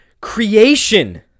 creation